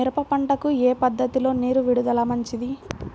మిరప పంటకు ఏ పద్ధతిలో నీరు విడుదల మంచిది?